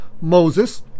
Moses